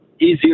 easier